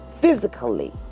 physically